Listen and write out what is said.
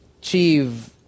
achieve